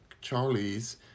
charlies